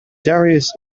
darius